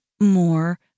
more